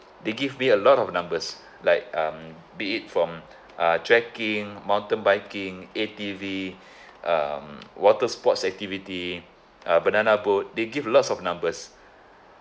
they give me a lot of numbers like um be it from uh trekking mountain biking A_T_V um water sports activity uh banana boat they give lots of numbers